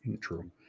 True